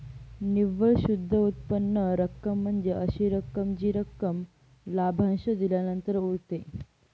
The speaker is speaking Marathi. निव्वळ शुद्ध उत्पन्न रक्कम म्हणजे अशी रक्कम जी रक्कम लाभांश दिल्यानंतर उरते